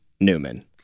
Newman